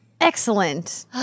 Excellent